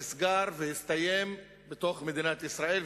נסגר והסתיים בתוך מדינת ישראל,